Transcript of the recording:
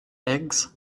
eggs